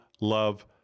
love